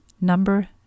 number